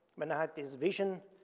when i had this vision,